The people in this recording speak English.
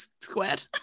squared